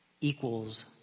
equals